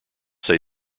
say